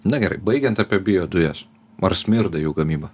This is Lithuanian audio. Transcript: na gerai baigiant apie biodujas ar smirda jų gamyba